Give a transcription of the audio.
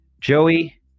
joey